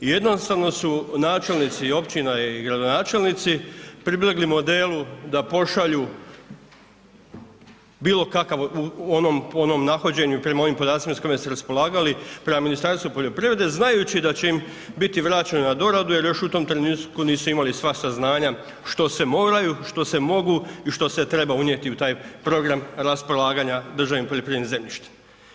Jednostavno su načelnici općina i gradonačelnici pribjegli modelu da pošalju bilokakav u onom nahođenju prema onim podacima s kojima su raspolagali, prema Ministarstvu poljoprivrede, znajući da će im biti vraćeno na doradu jer još u tom trenutku nisu imali sva saznanja što sve moraju, što sve mogu i što se treba unijeti u taj program raspolaganja državnim poljoprivrednim zemljištem.